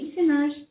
listeners